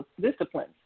disciplines